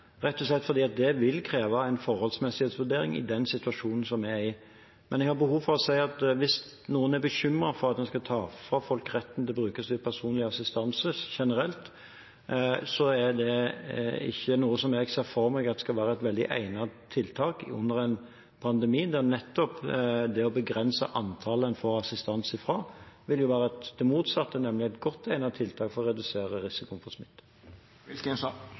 rett og slett fordi det ville kreve en forholdsmessighetsvurdering i den situasjonen vi er i nå. Men jeg har behov for å si at hvis noen er bekymret for at vi skal ta fra folk retten til brukerstyrt personlig assistanse generelt, er det ikke noe jeg ser for meg vil være et veldig egnet tiltak under en pandemi, der nettopp det å begrense antallet en får assistanse fra, vil være det motsatte, nemlig et godt egnet tiltak for å redusere risikoen for